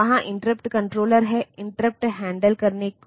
वहाँ interrupt controller हैं interrupt handle करने को